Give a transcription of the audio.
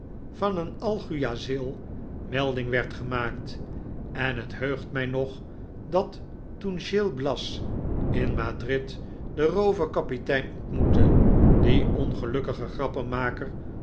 van een alguazil melding werd gemaakt en het heugt mij nog dat toen gil bias in madrid den rooverkapitein ontmoette